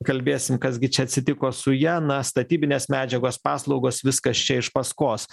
kalbėsim kas gi čia atsitiko su ja na statybinės medžiagos paslaugos viskas čia iš paskos